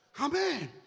amen